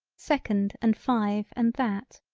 second and five and that.